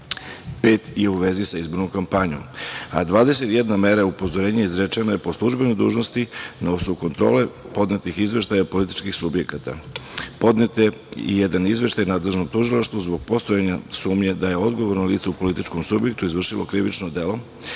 pet i u vezi sa izbornom kampanjom, a 21 mera upozorenja izrečena je po službenoj dužnosti na osnovu kontrole podnetih izveštaja političkih subjekata. Podnet je i jedan izveštaj nadležnom tužilaštvu zbog postojanja sumnje da je odgovorno lice u političkom subjektu izvršilo krivično delo.